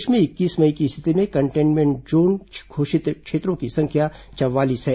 प्रदेश में इक्कीस मई की स्थिति में कंटेन्मेंट जोन घोषित क्षेत्रों की संख्या चवालीस है